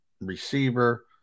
receiver